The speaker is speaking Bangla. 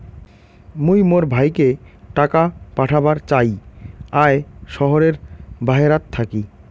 মুই মোর ভাইকে টাকা পাঠাবার চাই য়ায় শহরের বাহেরাত থাকি